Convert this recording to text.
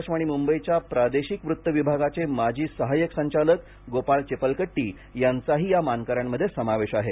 आकाशवाणी मुंबईच्या प्रादेशिक वृत्त विभागाचे माजी सहायक संचालक गोपाळ चिपलकट्टी यांचाही या मानकऱ्यांमधे समावेश आहे